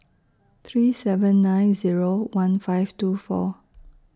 three seven nine Zero one five two four